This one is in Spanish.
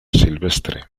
silvestre